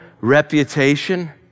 reputation